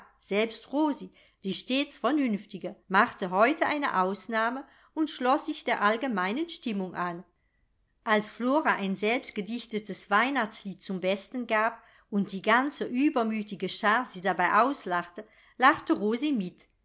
selbst rosi die stets vernünftige machte heute eine ausnahme und schloß sich der allgemeinen stimmung an als flora ein selbstgedichtetes weihnachtslied zum besten gab und die ganze übermütige schar sie dabei auslachte lachte rosi mit